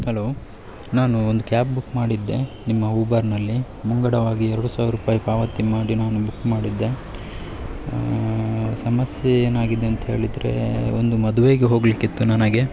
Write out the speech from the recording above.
hello ನಾನು ಒಂದು cab book ಮಾಡಿದ್ದೆ ನಿಮ್ಮ ಊಬರ್ನಲ್ಲಿ ಮುಂಗಡವಾಗಿ ಎರಡು ಸಾವಿರ ರುಪಾಯಿ ಪಾವತಿ ಮಾಡಿ ನಾನು ಬುಕ್ ಮಾಡಿದ್ದೆ ಸಮಸ್ಯೆ ಏನಾಗಿದೆ ಅಂತೇಳಿದ್ರೆ ಒಂದು ಮದುವೆಗೆ ಹೋಗಲಿಕಿತ್ತು ನನಗೆ